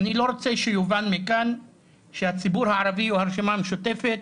אני לא רוצה שיובן מכאן שהציבור הערבי או הרשימה המשותפת